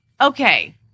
Okay